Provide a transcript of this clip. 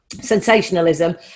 sensationalism